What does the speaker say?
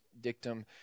dictum